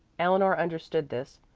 eleanor understood this,